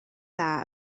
dda